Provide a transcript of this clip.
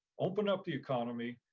open up the economy,